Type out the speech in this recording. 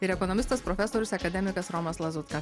ir ekonomistas profesorius akademikas romas lazutka